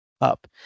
up